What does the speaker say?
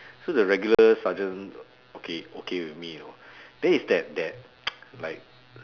so the regular sergeant okay okay with me you know then it's that that like